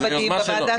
זה היה בוועדה שלו.